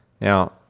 Now